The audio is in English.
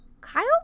Kyle